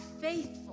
faithful